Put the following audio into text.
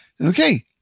Okay